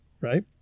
Right